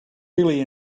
really